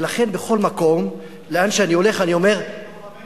ולכן, בכל מקום, לאן שאני הולך אני אומר, לוחמי